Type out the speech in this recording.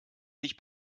sich